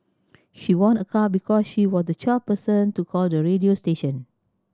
she won a car because she was the twelfth person to call the radio station